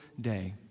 day